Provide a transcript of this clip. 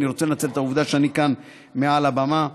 אני רוצה לנצל את העובדה שאני כאן מעל הבמה ולהודות.